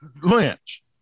Lynch